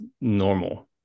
normal